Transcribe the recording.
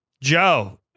Joe